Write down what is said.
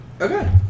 Okay